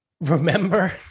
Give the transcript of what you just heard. remember